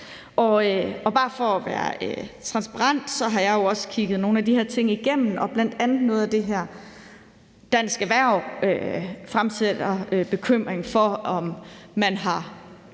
Bare for at være transparent har jeg jo også kigget nogle af de her ting igennem. Bl.a. fremsætter Dansk Erhverv en bekymring for, om man, hvis